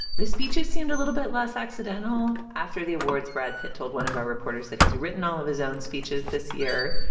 the speeches seemed a little bit less accidental. after the awards, brad pitt told one of our reporters that he's written all of his own speeches this year,